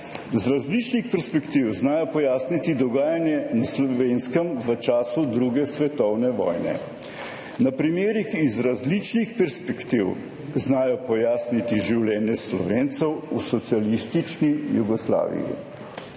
z različnih perspektiv znajo pojasniti dogajanje na Slovenskem v času druge svetovne vojne. Na primerih iz različnih perspektiv znajo pojasniti življenje Slovencev v socialistični Jugoslaviji.